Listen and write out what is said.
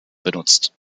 benutzt